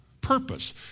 Purpose